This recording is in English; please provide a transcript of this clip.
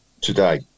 today